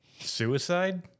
Suicide